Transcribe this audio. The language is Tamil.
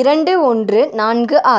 இரண்டு ஒன்று நான்கு ஆறு